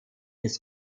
ist